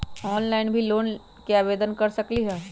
Online से भी loan के आवेदन कर सकलीहल?